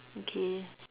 okay